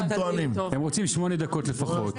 הם רוצים שמונה דקות לפחות.